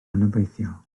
anobeithiol